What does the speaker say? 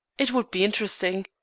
it would be interesting.